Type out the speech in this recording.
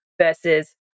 versus